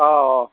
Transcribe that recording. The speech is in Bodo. औ